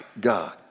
God